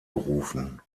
berufen